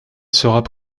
serait